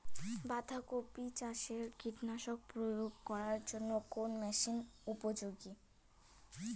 বাঁধা কপি চাষে কীটনাশক প্রয়োগ করার জন্য কোন মেশিন উপযোগী?